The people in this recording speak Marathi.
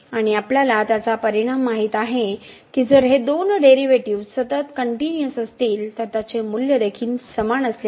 आणि आपल्याला त्याचा परिणाम माहित आहे की जर हे दोन डेरिव्हेटिव्ह्ज सतत कनटिन्यूअस असतील तर त्याचे मूल्य देखील समान असले पाहिजे